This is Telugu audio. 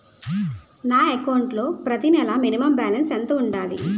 నా అకౌంట్ లో ప్రతి నెల మినిమం బాలన్స్ ఎంత ఉండాలి?